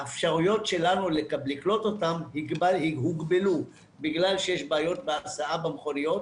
האפשרויות שלנו לקלוט אותם הוגבלו בגלל שיש בעיות בהסעה במכוניות,